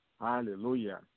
Hallelujah